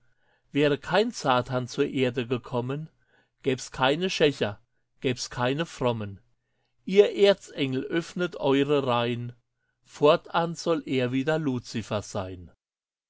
wäre kein satan zur erde gekommen gäb's keine schächer gäb's keine frommen ihr erzengel öffnet eure reih'n fortan soll er wieder luzifer sein